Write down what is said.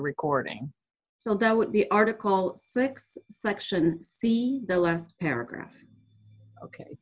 recording so that would be article six section see the last paragraph ok